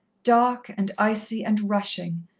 dark and icy and rushing,